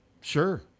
sure